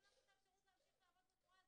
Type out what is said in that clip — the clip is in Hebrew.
לו את האפשרות להמשיך לעבוד בצורה הזו.